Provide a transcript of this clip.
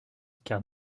car